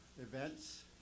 events